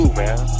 man